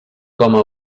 coma